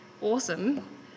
awesome